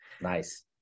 Nice